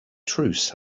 truce